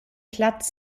platz